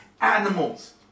animals